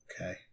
Okay